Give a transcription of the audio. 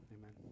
Amen